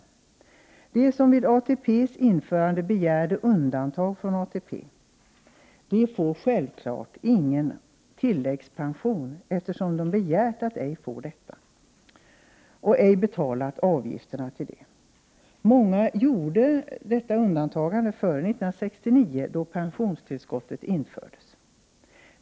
Det var de som vid ATP:s införande begärde undantag från ATP. De får självfallet ingen tilläggspension, eftersom de begärt att ej få delta och ej betalat avgifterna. Många gjorde detta undantagande före 1969, då pensionstillskottet infördes.